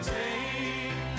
take